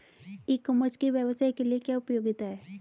ई commerce के व्यवसाय के लिए क्या उपयोगिता है?